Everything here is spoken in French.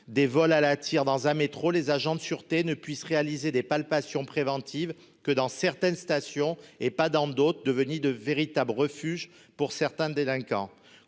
des vols à la tire dans un métro, les agents de sûreté ne puisse réaliser des palpations préventive que dans certaines stations, et pas dans d'autres, devenus de véritables refuges pour certains délinquants